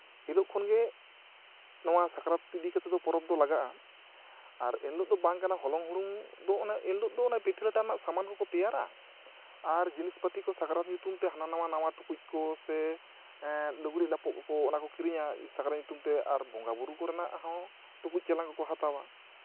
ᱦᱤᱞᱳᱜ ᱠᱷᱚᱱᱜᱮ ᱱᱚᱣᱟ ᱥᱟᱠᱨᱟᱛ ᱤᱫᱤ ᱠᱟᱛᱮᱜ ᱯᱚᱨᱚᱵᱽ ᱫᱚ ᱞᱟᱜᱟᱜᱼᱟ ᱟᱨ ᱤᱱᱦᱤᱞᱳᱜ ᱫᱚ ᱵᱟᱝ ᱠᱟᱱᱟ ᱦᱚᱞᱚᱝ ᱦᱩᱲᱩᱝ ᱮᱱᱦᱤᱞᱳᱜ ᱫᱚ ᱯᱤᱴᱷᱟᱹ ᱞᱟᱴᱷᱟ ᱨᱮᱱᱟᱜ ᱥᱟᱢᱟᱱ ᱠᱚᱠᱚ ᱛᱮᱭᱟᱨᱟ ᱟᱨ ᱡᱤᱱᱤᱥᱯᱟᱛᱤ ᱠᱚ ᱥᱟᱠᱨᱟᱛ ᱩᱛᱩᱢ ᱛᱮ ᱦᱟᱱᱟ ᱱᱚᱣᱟ ᱱᱟᱣᱟ ᱴᱩᱠᱩᱪ ᱠᱚ ᱥᱮ ᱮᱜ ᱞᱩᱜᱽᱲᱤᱡ ᱞᱟᱯᱚ ᱠᱚ ᱚᱱᱟ ᱠᱚᱠᱚ ᱠᱤᱨᱤᱧᱟ ᱥᱟᱠᱨᱟᱛ ᱧᱩᱛᱩᱢᱛᱮ ᱟᱨ ᱵᱚᱸᱜᱟ ᱵᱳᱨᱳ ᱠᱚᱨᱮᱱᱟᱜ ᱦᱚᱸ ᱴᱩᱠᱩᱡ ᱪᱮᱞᱟᱝ ᱠᱚᱠᱚ ᱦᱟᱛᱟᱣᱟ